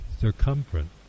circumference